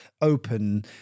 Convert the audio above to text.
open